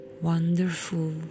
Wonderful